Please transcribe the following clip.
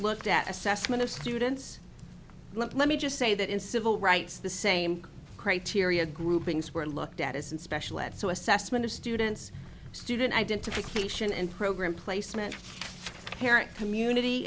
looked at assessment of students let me just say that in civil rights the same criteria groupings were looked at as in special ed so assessment of students student identification and program placement parent community